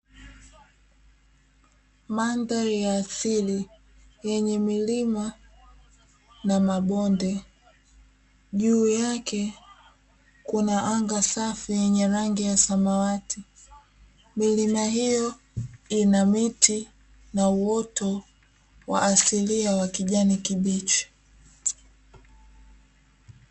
Mandhari ya asili yenye milima na mabonde, juu yake kunaanga safi yenye rangi ya samawati. Milima hiyo ina miti na uoto wa asilia wa kijani kibichi.